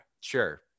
sure